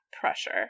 pressure